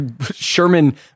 Sherman